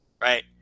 right